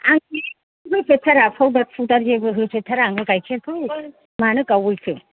आं जेबो होफेरथारा फावदार फुदार जेबो होफेरथारा आं गाइखेरखौ मानो गावहैखो